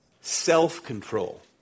self-control